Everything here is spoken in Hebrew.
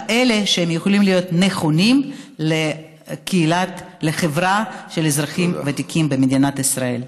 כאלה שיכולים להיות נכונים לחברה של אזרחים ותיקים במדינת ישראל.